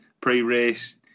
pre-race